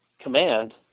command